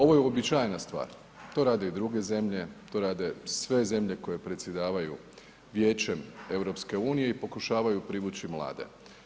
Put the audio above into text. Ovo je uobičajena stvar, to rade i druge zemlje, to rade sve zemlje koje predsjedavaju Vijećem EU i pokušavaju privući mlade.